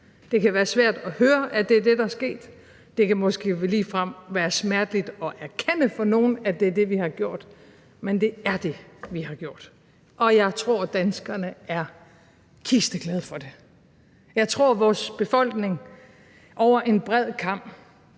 Det kan være svært at høre, at det er det, der er sket, det kan måske ligefrem være smerteligt at erkende for nogle, at det er det, vi har gjort, men det er det, vi har gjort, og jeg tror, at danskerne er kisteglade for det. Jeg tror, vores befolkning over en bred kam